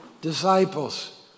disciples